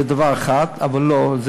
זה דבר אחד, אבל לא.